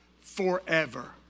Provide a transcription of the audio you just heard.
forever